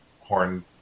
horn